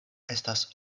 estas